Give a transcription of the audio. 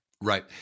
Right